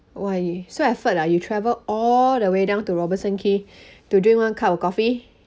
!wah! you so effort ah you travel all the way down to robertson quay to drink one cup of coffee